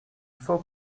faut